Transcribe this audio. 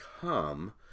come